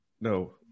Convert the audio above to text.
No